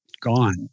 gone